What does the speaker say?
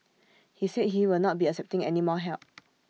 he said he will not be accepting any more help